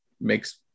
makes